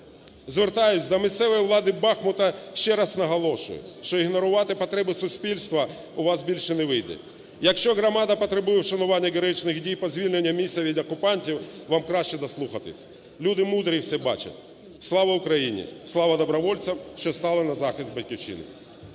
…звертаюсь до місцевої владиБахмута, ще раз наголошую, що ігнорувати потреби суспільства у вас більше не вийде. Якщо громада потребує вшанування героїчних дій по звільненню міста від окупантів, вам краще дослухатись. Люди мудрі і все бачать. Слава Україні! Слава добровольцям, що стали на захист Батьківщини!